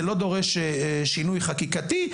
זה לא דורש שינוי חקיקתי,